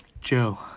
Joe